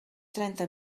trenta